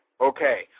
Okay